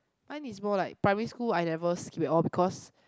mine is more like primary school I never skip at all because